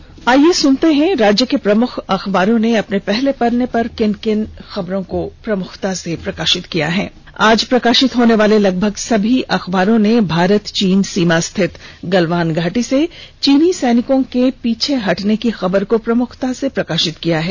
अखबारों की सुर्खियां और आईये अब सुनते हैं राज्य के प्रमुख अखबारों ने अपने पहले पन्ने पर किन किन खबरों को प्रमुखता से प्रकाषित किया है आज प्रकाषित होनेवाले लगभग सभी अखबारों ने भारत चीन सीमा स्थित गलवान घाटी से चीनी सैनिकों के पीछे हटने की खबर को प्रमुखता से प्रकाषित किया है